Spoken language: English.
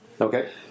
Okay